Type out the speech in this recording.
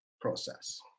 process